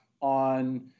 on